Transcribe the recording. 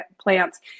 plants